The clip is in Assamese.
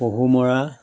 পহুমৰা